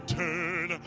turn